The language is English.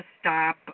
stop